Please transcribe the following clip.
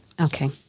Okay